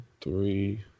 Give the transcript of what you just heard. three